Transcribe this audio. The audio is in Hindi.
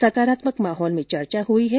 सकारात्मक माहोल में चर्चा हुई है